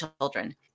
children